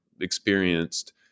experienced